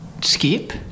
skip